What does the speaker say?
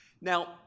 Now